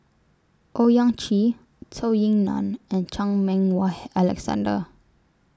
Owyang Chi Zhou Ying NAN and Chan Meng Wah Alexander